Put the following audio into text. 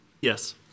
Yes